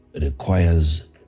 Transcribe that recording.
requires